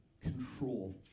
control